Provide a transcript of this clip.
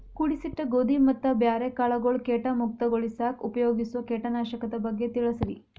ಕೂಡಿಸಿಟ್ಟ ಗೋಧಿ ಮತ್ತ ಬ್ಯಾರೆ ಕಾಳಗೊಳ್ ಕೇಟ ಮುಕ್ತಗೋಳಿಸಾಕ್ ಉಪಯೋಗಿಸೋ ಕೇಟನಾಶಕದ ಬಗ್ಗೆ ತಿಳಸ್ರಿ